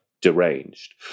deranged